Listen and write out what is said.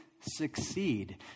succeed